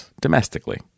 domestically